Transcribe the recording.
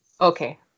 Okay